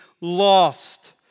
lost